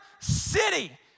city